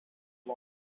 car